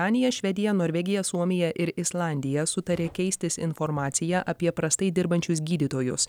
danija švedija norvegija suomija ir islandija sutarė keistis informacija apie prastai dirbančius gydytojus